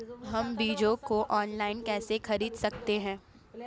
हम बीजों को ऑनलाइन कैसे खरीद सकते हैं?